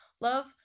love